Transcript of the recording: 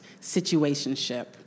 situationship